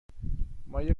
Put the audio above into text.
مایه